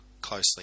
closely